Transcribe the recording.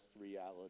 reality